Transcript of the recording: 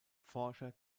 forscher